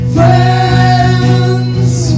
Friends